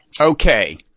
Okay